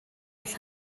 all